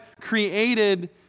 created